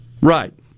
Right